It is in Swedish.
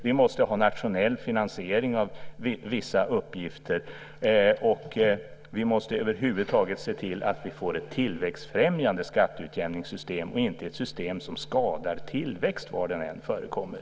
Vi måste ha nationell finansiering av vissa uppgifter, och vi måste över huvudtaget se till att vi får ett tillväxtfrämjande skatteutjämningssystem och inte ett system som skadar tillväxt var den än förekommer.